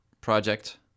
project